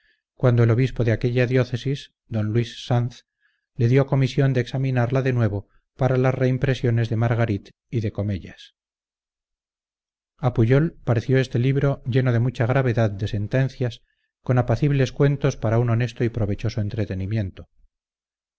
cuando el obispo de aquella diócesis d luis sanz le dio comisión de examinarla de nuevo para las reimpresiones de margarit y de cormellas a pujol pareció este libro lleno de mucha gravedad de sentencias con apacibles cuentos para un honesto y provechoso entretenimiento